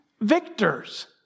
victors